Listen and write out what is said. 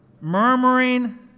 Murmuring